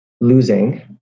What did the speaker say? losing